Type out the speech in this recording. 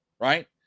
right